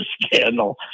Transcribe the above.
scandal